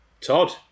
Todd